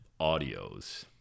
audios